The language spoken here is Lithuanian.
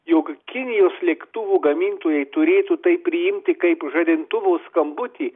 jog kinijos lėktuvų gamintojai turėtų tai priimti kaip žadintuvo skambutį